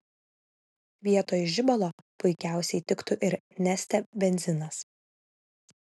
vietoj žibalo puikiausiai tiktų ir neste benzinas